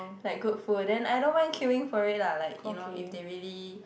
like good food then I don't mind queuing for it lah like you know if they really